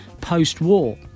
post-war